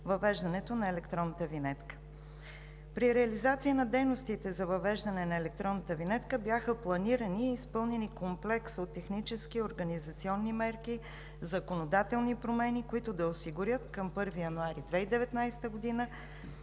въвеждане на електронната винетка. При реализация на дейностите за въвеждане на електронната винетка бяха планирани и изпълнени комплекс от технически и организационни мерки, законодателни промени, които да осигурят към 1 януари 2019 г.